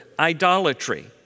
Idolatry